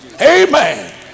amen